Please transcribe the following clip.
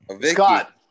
Scott